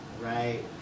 right